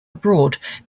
abroad